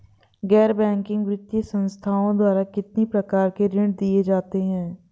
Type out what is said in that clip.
गैर बैंकिंग वित्तीय संस्थाओं द्वारा कितनी प्रकार के ऋण दिए जाते हैं?